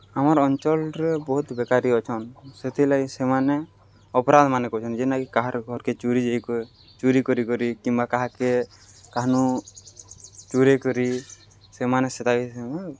ଆମର୍ ଅଞ୍ଚଳ୍ରେ ବହୁତ୍ ବେକାରି ଅଛନ୍ ସେଥିଲାଗି ସେମାନେ ଅପରାଧ୍ମାନେ କରୁଛନ୍ ଯେନ୍ଟାକି କାହାର୍ ଘର୍କେ ଚୋରି ଯାଇ ଚୁରି କରି କରି କିମ୍ବା କାହାକେ କାହାରନୁ ଚୋରେଇ କରି ସେମାନେ ସେଟାକେ